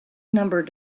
number